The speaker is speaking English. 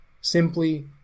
Simply